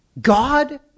God